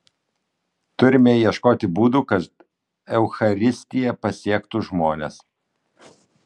turime ieškoti būdų kad eucharistija pasiektų žmones